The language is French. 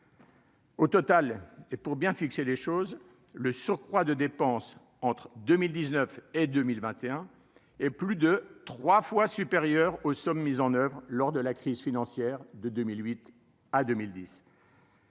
Au total, et pour bien fixer les choses, le surcroît de dépenses entre 2000 19 et 2021 et plus de 3 fois supérieur aux sommes mises en oeuvre lors de la crise financière de 2008 à 2010.